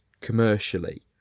commercially